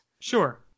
sure